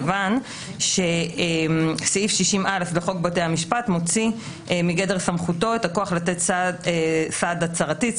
כי סעיף 60א לחוק בתי המשפט מוציא מגדר סמכותו את הכוח לתת סעד הצהרתי,